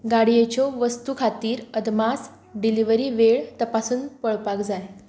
गाडयेच्यो वस्तू खातीर अदमास डिलिव्हरी वेळ तपासून पळोवपाक जाय